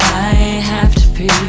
have to pee. i